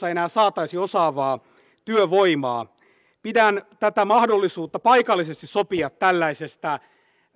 ei jatkossa enää saataisi osaavaa työvoimaa pidän tätä mahdollisuutta paikallisesti sopia tällaisesta